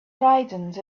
frightened